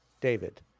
David